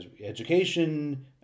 education